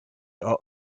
are